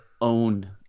own